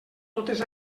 totes